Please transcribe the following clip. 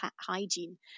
hygiene